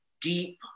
deep